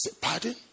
Pardon